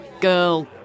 Girl